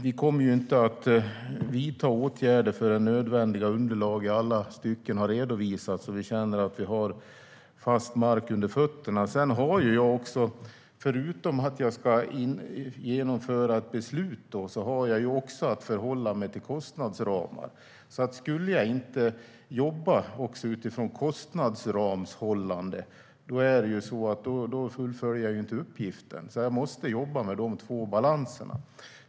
Vi kommer inte att vidta åtgärder förrän nödvändiga underlag i alla stycken har redovisats så att vi känner att vi har fast mark under fötterna. Förutom att jag ska genomföra ett beslut har jag att förhålla mig till kostnadsramar. Om jag inte jobbade också utifrån kostnadsramshållande skulle jag inte fullfölja uppgiften. Jag måste jobba med dessa båda balanser.